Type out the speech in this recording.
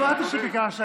אני שמעתי שביקשת,